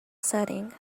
setting